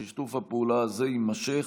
יימשך,